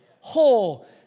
whole